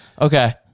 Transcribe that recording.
Okay